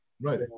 Right